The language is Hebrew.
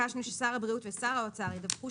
ביקשנו ששר הבריאות ושר האוצר ידווחו